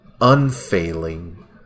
unfailing